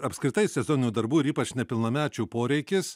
apskritai sezoninių darbų ir ypač nepilnamečių poreikis